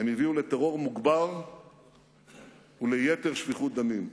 הם הביאו לטרור מוגבר וליתר שפיכות דמים.